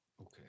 Okay